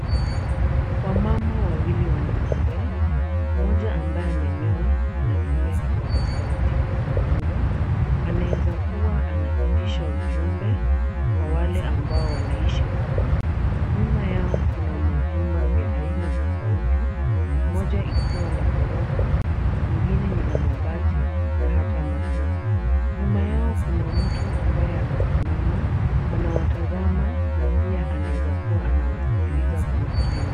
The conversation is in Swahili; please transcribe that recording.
Wamama wawili wanatembea. Mmoja ambaye amenyoa anatumia kipaza sauti kuzungumza. Anaweza kuwa anapitisha ujumbe kwa wale ambao wanaishi hapa. Nyuma yao kuna majumba vya aina tofauti, moja ikiwa la ghorofa. Lingine ni la mabati na hata matope. Nyuma yao kuna mtu ambaye amesimama. Anawatazama na pia anaweza kuwa anawasikiliza kwa makini.